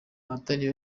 abatari